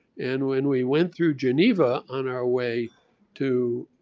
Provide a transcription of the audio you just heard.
and when we went through geneva on our way to